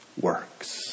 works